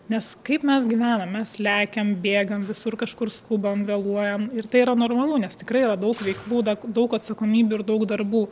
nes kaip mes gyvenam mes lekiam bėgam visur kažkur skubam vėluojam ir tai yra normalu nes tikrai yra daug veiklų daug atsakomybių ir daug darbų